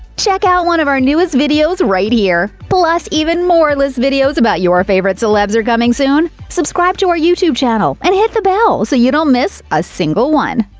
check out one of our newest videos right here! plus, even more list videos about your favorite celebs are coming soon. subscribe to our youtube channel and hit the bell so you don't miss a single one.